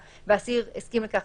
והאסיר הסכים לכך